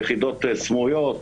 יחידות סמויות,